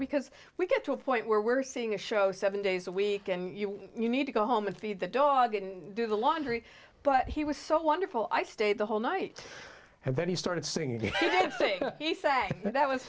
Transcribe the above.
because we get to a point where we're seeing a show seven days a week and you need to go home and be that dog didn't do the laundry but he was so wonderful i stayed the whole night and then he started singing did he say that was